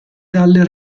dalle